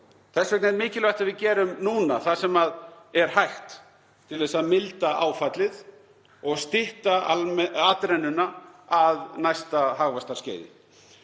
Þess vegna er mikilvægt að við gerum núna það sem hægt er að gera til að milda áfallið og stytta atrennuna að næsta hagvaxtarskeiði.